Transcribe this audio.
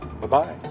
Bye-bye